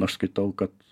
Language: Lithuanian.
aš skaitau kad